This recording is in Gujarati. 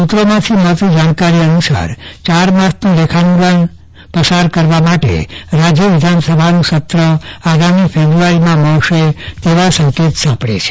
સુત્રોમાંથી મળતી જાણકારી અનુસાર ચાર માસનું લેખાનુદાન પસાર કરવા માટે રાજ્ય વિધાનસભાનું સત્ર આગામી ફેબ્રુઆરીમાં મળશે તેવા સંકેત સાંપડે છે